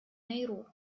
nairobi